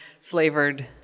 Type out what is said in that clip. flavored